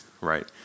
right